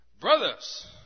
Brothers